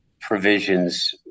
provisions